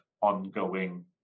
ongoing